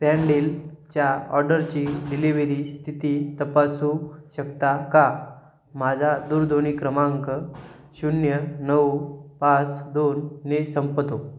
सँडिल च्या ऑर्डरची डिलिवेरी स्थिती तपासू शकता का माझा दूरध्वनी क्रमांक शून्य नऊ पाच दोनने संपतो